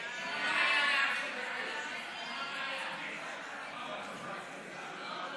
ההצעה לכלול את הנושא בסדר-היום של הכנסת לא נתקבלה.